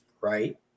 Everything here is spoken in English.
right